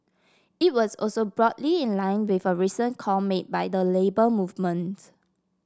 it was also broadly in line with a recent call made by the Labour Movement